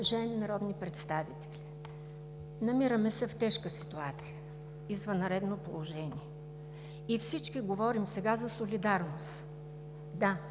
Уважаеми народни представители, намираме се в тежка ситуация – извънредно положение, и сега всички говорим за солидарност. Да,